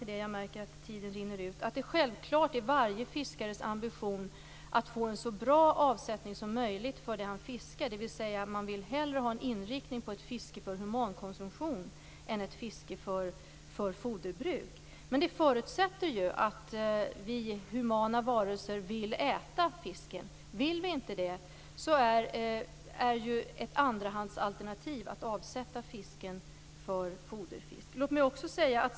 Det är självklart varje fiskares ambition att få en så bra avsättning som möjligt för det han fiskar, dvs. hellre ha en inriktning på ett fiske för humankonsumtion än ett fiske för foderbruk. Men det förutsätter att vi humana varelser vill äta fisken. Om vi inte vill det är ett andrahandsalternativ att avsätta fisken för foderfisk.